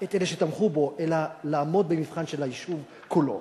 את אלה שתמכו בו אלא לעמוד במבחן של היישוב כולו.